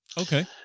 Okay